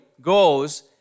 goes